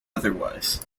otherwise